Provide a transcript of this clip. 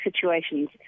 situations